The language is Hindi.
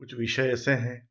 कुछ विषय ऐसे हैं